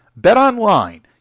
BetOnline